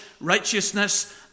righteousness